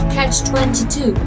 Catch-22